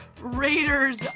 Raiders